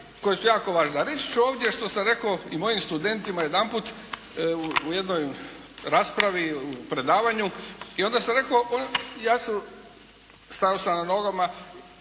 koje su jako važne. A reći ću ovdje što sam rekao i mojim studentima jedanput u jednoj raspravi, predavanju, i onda sam rekao stajao sam na nogama,